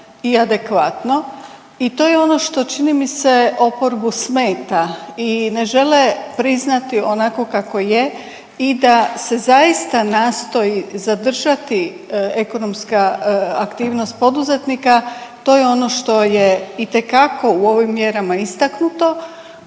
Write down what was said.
i adekvatno i to je ono što čini mi se oporbu smeta i ne žele priznati onako kako je i da se zaista nastoji zadržati ekonomska aktivnost poduzetnika. To je ono što je itekako u ovim mjerama istaknuto,